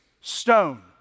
Stone